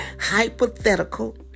hypothetical